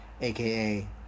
aka